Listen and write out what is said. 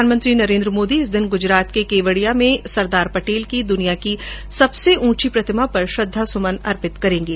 प्रधानमंत्री नरेन्द्र मोदी इस दिन गूजरात के केवडिया में सरदार पटेल की दुनिया की सबसे ऊंची प्रतिमा पर श्रद्धा सुमन अर्पित करेंगे